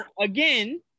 again